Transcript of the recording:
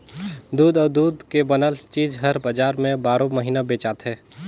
दूद अउ दूद के बनल चीज हर बजार में बारो महिना बेचाथे